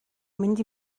mynd